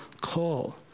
call